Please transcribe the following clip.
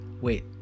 Wait